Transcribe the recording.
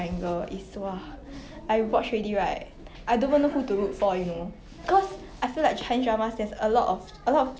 mm